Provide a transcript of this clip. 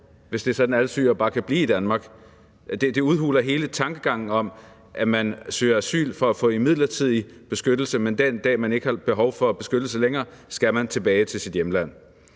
hvis det er sådan, at alle syrere bare kan blive i Danmark. Det udhuler hele tankegangen om, at man søger om asyl for at få en midlertidig beskyttelse, men at man, den dag hvor man ikke har behov for beskyttelse længere, skal tilbage til sit hjemland.